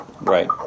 Right